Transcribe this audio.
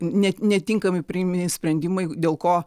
ne netinkami priimi sprendimai dėl ko